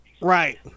Right